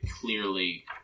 clearly